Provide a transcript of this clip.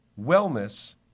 wellness